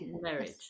marriage